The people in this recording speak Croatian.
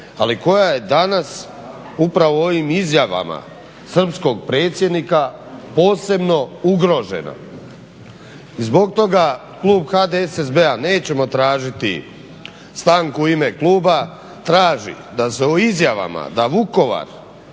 Ali koja je danas upravo ovim izjavama srpskog predsjednika posebno ugrožena. Zbog toga klub HDSSB-a nećemo tražiti stanku u ime kluba, tražim da se o izjavama da Vukovar